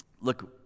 look